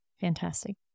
Fantastic